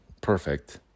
perfect